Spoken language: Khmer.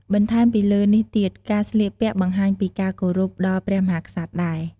បន្ថែមពីលើនេះទៀតការស្លៀកពាក់បង្ហាញពីការគោរពដល់ព្រះមហាក្សត្រដែរ។